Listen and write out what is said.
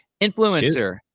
Influencer